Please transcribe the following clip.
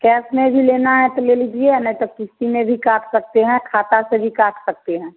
कैस में भी लेना है तो ले लीजिए और नहीं तो क़िस्त में भी काट सकते हैं खाते से भी काट सकते हैं